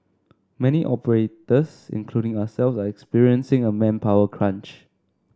many operators including ourselves are experiencing a manpower crunch